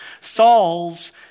Saul's